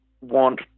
want